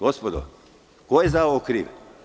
Gospodo, ko je za ovo kriv?